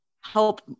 help